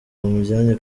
bamujyanye